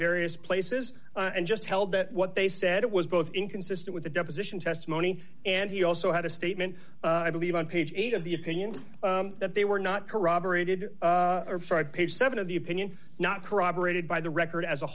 various places and just held that what they said it was both inconsistent with the deposition testimony and he also had a statement i believe on page eight of the opinion that they were not corroborated by page seven of the opinion not corroborated by the record as a